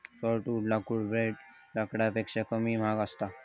softwood लाकूड ब्रेड लाकडापेक्षा कमी महाग असता